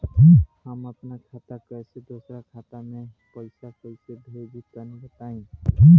हम आपन खाता से दोसरा के खाता मे पईसा कइसे भेजि तनि बताईं?